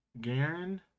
Garen